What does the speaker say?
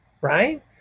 right